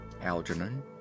Algernon